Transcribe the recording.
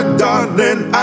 darling